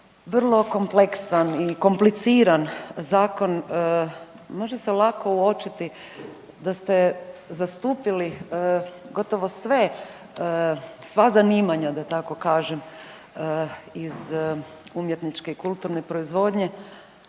vrlo kompleksan i kompliciran zakon može se lako uočiti da ste zastupili gotovo sva zanimanja da tako kažem iz umjetničke kulturne proizvodnje,